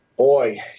boy